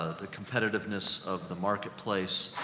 ah the competitiveness of the marketplace,